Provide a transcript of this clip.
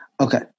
Okay